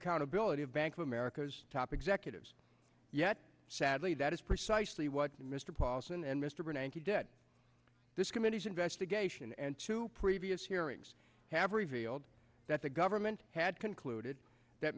accountability of bank of america's top executives yet sadly that is precisely what to paulson and mr bernanke he did this committee's investigation and two previous hearings have revealed that the government had concluded that